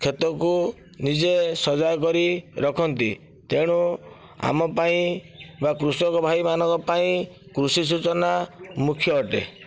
କ୍ଷେତକୁ ନିଜେ ସଜାଗ କରି ରଖନ୍ତି ତେଣୁ ଆମ ପାଇଁ ବା କୃଷକ ଭାଇ ମାନଙ୍କ ପାଇଁ କୃଷି ସୂଚନା ମୁଖ୍ୟ ଅଟେ